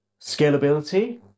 scalability